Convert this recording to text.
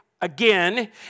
again